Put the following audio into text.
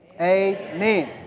Amen